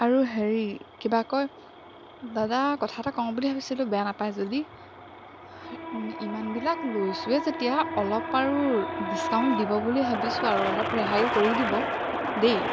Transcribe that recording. আৰু হেৰি কিবা কয় দাদা কথা এটা কওঁ বুলি ভাবিছিলোঁ বেয়া নেপায় যদি ইমানবিলাক লৈছোঁৱে যেতিয়া অলপ আৰু ডিস্কাউণ্ট দিব বুলি ভাবিছোঁ আৰু অলপ ৰেহাইয়ো কৰি দিব দেই